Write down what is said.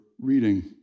reading